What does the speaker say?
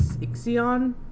Ixion